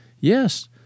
Yes